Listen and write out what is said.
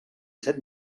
set